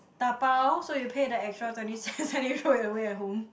dabao so you pay the extra twenty cents and you throw it away at home